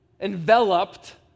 enveloped